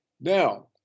Now